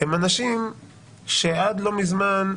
- הם אנשים שעד לא מזמן,